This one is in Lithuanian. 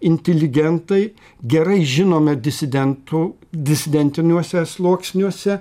intiligentai gerai žinome disidentų disidentiniuose sluoksniuose